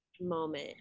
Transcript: moment